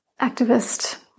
activist